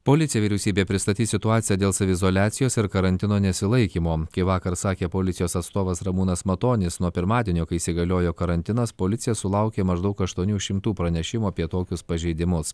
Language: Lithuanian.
policija vyriausybėje pristatys situaciją dėl saviizoliacijos ir karantino nesilaikymo kai vakar sakė policijos atstovas ramūnas matonis nuo pirmadienio kai įsigaliojo karantinas policija sulaukė maždaug aštuonių šimtų pranešimų apie tokius pažeidimus